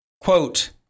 Quote